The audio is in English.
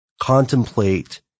contemplate